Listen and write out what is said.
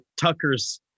Tucker's